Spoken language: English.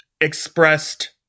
expressed